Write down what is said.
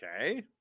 Okay